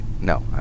No